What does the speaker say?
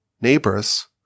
neighbors